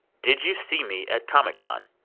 did you see me at comic-con?